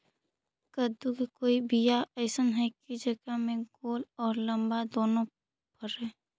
कददु के कोइ बियाह अइसन है कि जेकरा में गोल औ लमबा दोनो फरे?